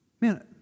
Man